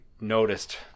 noticed